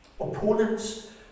Opponents